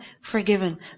forgiven